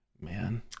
Man